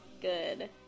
good